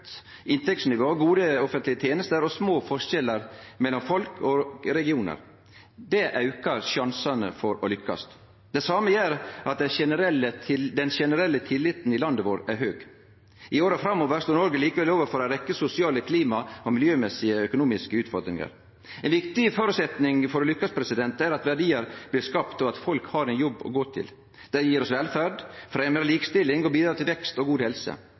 inntektsnivå, gode offentlege tenester og små forskjellar mellom folk og regionar. Det aukar sjansane for å lykkast. Det same gjer at den generelle tilliten i landet vårt er høg. I åra framover står Noreg likevel overfor ei rekkje sosiale, klima- og miljømessige og økonomiske utfordringar. Ein viktig føresetnad for å lykkast er at verdiar blir skapte, og at folk har ein jobb å gå til. Det gjev oss velferd, fremjar likestilling og bidrar til vekst og god helse.